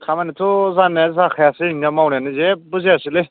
खामानियाथ' जानाया जाखायासै नोंनि मावनायानो जेबो जायासैलै